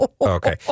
Okay